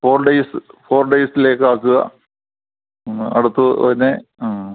four days four ഡെയ്സിലേക്ക് ആക്കുക അടുത്ത് തന്നെ